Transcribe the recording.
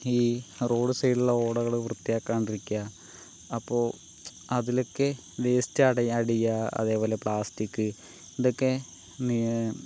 ഈ റോഡ് സൈഡിലുള്ള ഓടകള് വൃത്തിയാക്കാണ്ടിരിക്കുക അപ്പോൾ അതിലൊക്കെ വേസ്റ്റ് അടിയുക അതേപോലെ പ്ലാസ്റ്റിക്ക് ഇതൊക്കെ